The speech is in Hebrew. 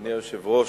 אדוני היושב-ראש,